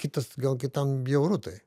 kitas gal kitam bjauru tai